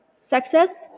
Success